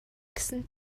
гэсэн